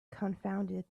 confounded